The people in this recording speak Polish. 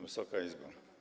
Wysoka Izbo!